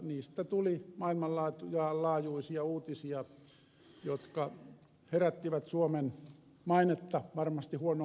niistä tuli maailmanlaajuisia uutisia jotka veivät suomen mainetta varmasti huonoon suuntaan